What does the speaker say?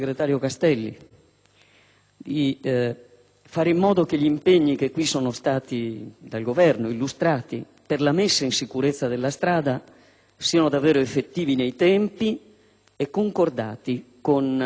di fare in modo che gli impegni illustrati ora dal Governo per la messa in sicurezza della strada siano davvero effettivi nei tempi e concordati con gli enti locali,